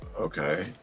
Okay